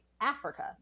Africa